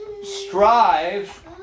Strive